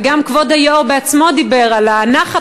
וגם כבוד היושב-ראש בעצמו דיבר על הנחת